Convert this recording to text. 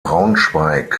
braunschweig